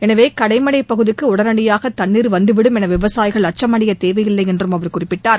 எனவே கடைமடைப் பகுதிக்கு உடனடியாக தண்ணீர் வந்துவிடும் என விவசாயிகள் அச்சம் அடையத் தேவையில்லை என்றும் அவர் குறிப்பிட்டார்